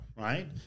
Right